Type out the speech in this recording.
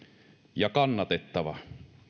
ja kannatettava